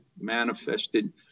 manifested